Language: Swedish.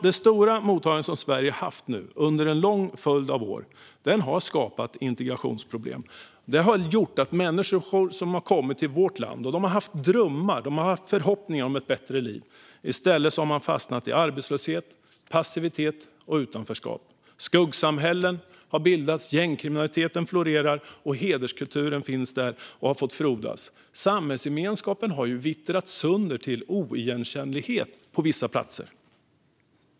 Det stora mottagande Sverige har haft en under en lång följd av år har skapat integrationsproblem. Det har gjort att människor som har kommit till vårt land och som har haft drömmar och förhoppningar om ett bättre liv har fastnat i arbetslöshet, passivitet och utanförskap. Skuggsamhällen har bildats, gängkriminaliteten florerar och hederskulturen har fått frodas. Samhällsgemenskapen har ju vittrat sönder till oigenkännlighet på vissa platser.